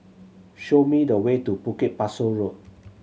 show me the way to Bukit Pasoh Road